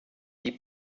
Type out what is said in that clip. die